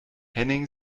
henning